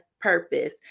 purpose